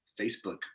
Facebook